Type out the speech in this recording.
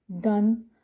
done